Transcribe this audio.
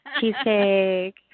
cheesecake